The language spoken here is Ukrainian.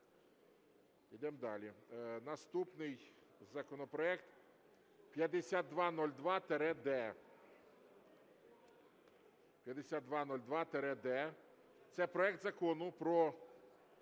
Наступний законопроект 5202-д. Це проект Закону про